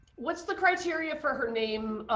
what's the criteria for her name